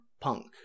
punk